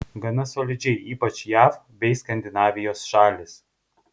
gana solidžiai ypač jav bei skandinavijos šalys